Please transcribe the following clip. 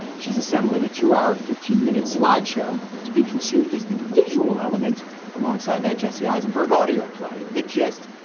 she's assembling a two hour, fifteen minute slideshow to be consumed as the visual element alongside that jesse eisenberg audio play the gist.